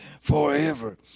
forever